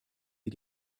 die